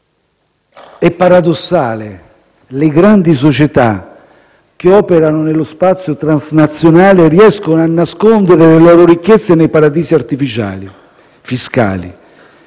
È paradossale: le grandi società che operano nello spazio transnazionale riescono a nascondere le loro ricchezze nei paradisi fiscali,